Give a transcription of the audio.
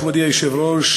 תודה, מכובדי היושב-ראש.